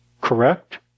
Correct